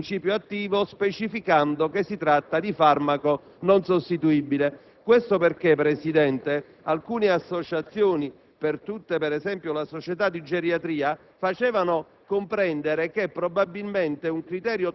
il medico potrà non indicare il principio attivo, specificando che si tratta di farmaco non sostituibile». Questo perché, Presidente, alcune associazioni, per tutte la Società italiana di geriatria, hanno